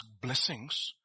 blessings